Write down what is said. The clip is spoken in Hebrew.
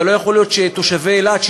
אבל לא יכול להיות שתושבי אילת,